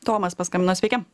tomas paskambino sveiki